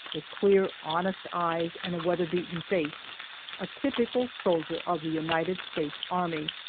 with clear, honest eyes and a weather-beaten face a typical soldier of the united states army,